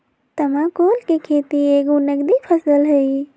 तमाकुल कें खेति एगो नगदी फसल हइ